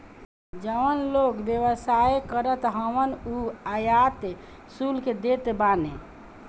जवन लोग व्यवसाय करत हवन उ आयात शुल्क देत बाने